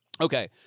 Okay